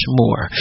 more